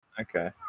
Okay